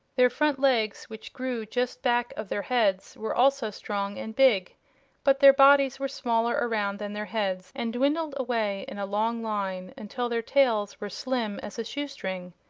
their front legs, which grew just back of their heads, were also strong and big but their bodies were smaller around than their heads, and dwindled away in a long line until their tails were slim as a shoe-string.